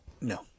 No